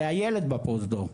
זה הילד בפרוזדור.